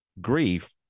grief